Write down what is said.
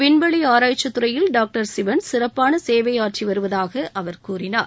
வின்வெளி ஆராய்ச்சித் துறையில் டாக்டர் சிவள் சிறப்பான சேவை ஆற்றி வருவதாக அவர் கூறினார்